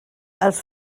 els